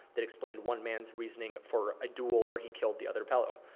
that explained one man's reasoning for a duel where he killed the other fellow.